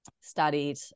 studied